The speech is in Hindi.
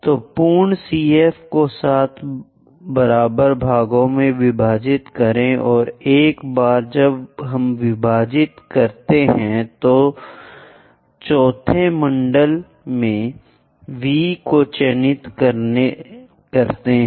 तो पूर्ण CF को 7 बराबर भागों में विभाजित करें और एक बार जब हम विभाजित करते हैं कि चौथे मंडल में V को चिह्नित करते हैं